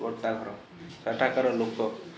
ଗୋଟା ଘର ସେଠାକାର ଲୋକ